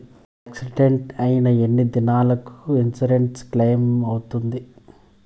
Accident అయిన ఎన్ని దినాలకు ఇన్సూరెన్సు క్లెయిమ్ అవుతుంది?